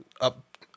up